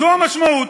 זו המשמעות.